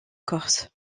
corse